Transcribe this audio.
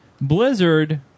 Blizzard